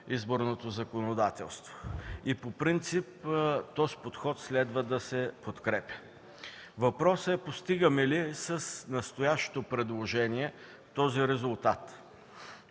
изборното законодателство. И по принцип този подход следва да се подкрепя. Въпросът е: постигаме ли с настоящото предложение този резултат?